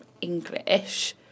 English